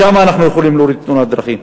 שם אנחנו יכולים להוריד את תאונות הדרכים.